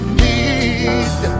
need